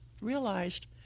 realized